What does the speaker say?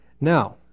Now